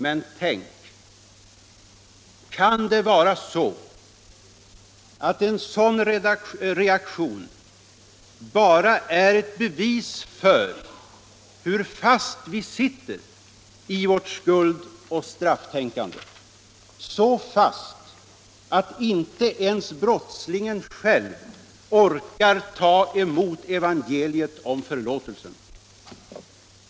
Men tänk — kan det vara så att en sådan reaktion bara är ett bevis på hur fast vi sitter i vårt skuldoch strafftänkande? Så fast att inte ens brottslingen själv orkar ta emot evangeliet om förlåtelsen.